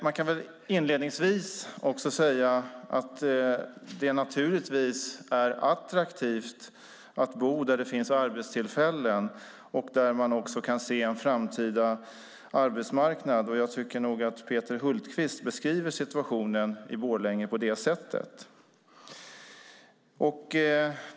Man kan väl inledningsvis också säga att det naturligtvis är attraktivt att bo där det finns arbetstillfällen och där man också kan se en framtida arbetsmarknad. Jag tycker nog att Peter Hultqvist beskriver situationen i Borlänge på det sättet.